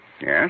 Yes